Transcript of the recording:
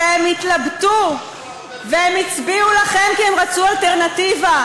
שהם התלבטו והם הצביעו לכם כי הם רצו אלטרנטיבה,